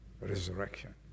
resurrection